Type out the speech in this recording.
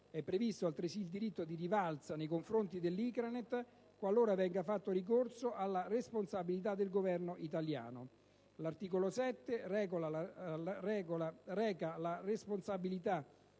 è previsto altresì il diritto di rivalsa nei confronti dell'ICRANET qualora venga fatto ricorso alla responsabilità del Governo italiano. L'articolo 7 reca la responsabilità